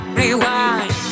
rewind